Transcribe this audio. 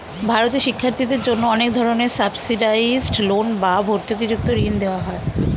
ভারতে শিক্ষার্থীদের জন্য অনেক ধরনের সাবসিডাইসড লোন বা ভর্তুকিযুক্ত ঋণ দেওয়া হয়